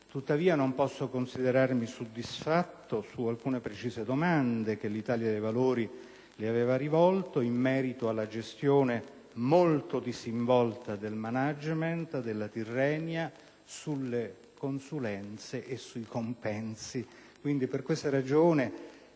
Tuttavia, non posso considerarmi soddisfatto su alcune precise domande che l'Italia dei Valori le ha rivolto in merito alla gestione molto disinvolta del *management* della Tirrenia, sulle consulenze e sui compensi. Per questa ragione,